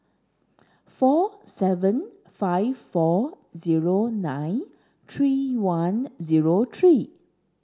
four seven five four zero nine three one zero three